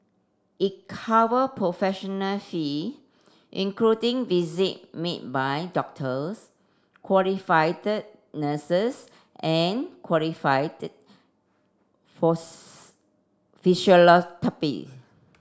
it cover professional fee including visit made by doctors qualified nurses and qualified